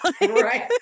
Right